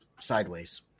Sideways